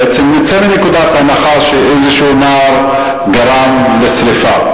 בעצם נצא מנקודת הנחה שאיזה נער גרם לשרפה.